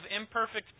imperfect